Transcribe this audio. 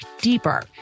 deeper